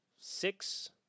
six